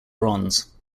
bronze